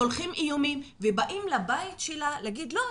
שולחים איומים ובאים לבית שלה להגיד: לא,